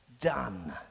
done